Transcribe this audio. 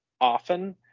often